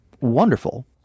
Wonderful